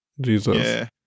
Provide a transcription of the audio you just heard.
Jesus